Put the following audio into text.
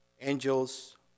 angels